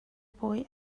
boy